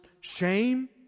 shame